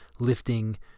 lifting